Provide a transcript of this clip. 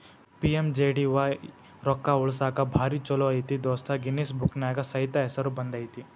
PMJDY ರೊಕ್ಕಾ ಉಳಸಾಕ ಭಾರಿ ಛೋಲೋ ಐತಿ ದೋಸ್ತ ಗಿನ್ನಿಸ್ ಬುಕ್ನ್ಯಾಗ ಸೈತ ಹೆಸರು ಬಂದೈತಿ